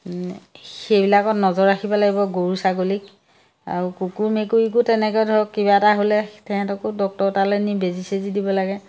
সেইবিলাকত নজৰ ৰাখিব লাগিব গৰু ছাগলীক আৰু কুকুৰ মেকুৰীকো তেনেকৈ ধৰক কিবা এটা হ'লে তাহাঁতকো ডক্টৰৰ তালৈ নি বেজি চেজি দিব লাগে